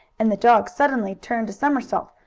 and the dog suddenly turned a somersault,